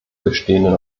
bestehenden